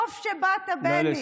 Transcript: טוב שבאת, בני.